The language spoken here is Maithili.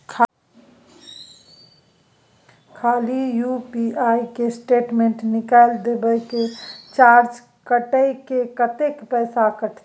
खाली यु.पी.आई के स्टेटमेंट निकाइल देबे की चार्ज कैट के, कत्ते पैसा कटते?